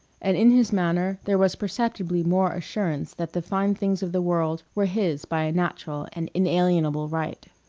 and in his manner there was perceptibly more assurance that the fine things of the world were his by a natural and inalienable right.